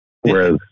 Whereas